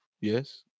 yes